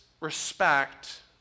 respect